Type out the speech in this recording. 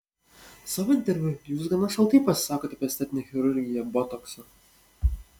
savo interviu jūs gana šaltai pasisakote apie estetinę chirurgiją botoksą